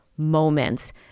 moments